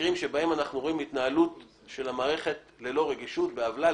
כמקרים שבהם אנחנו רואים התנהלות של המערכת ללא רגישות ועוולה.